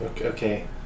Okay